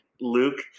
Luke